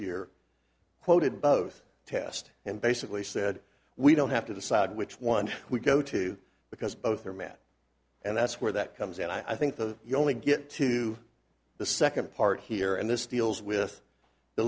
year quoted both test and basically said we don't have to decide which one we go to because both are met and that's where that comes and i think the you only get to the second part here and this deals with the